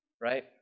right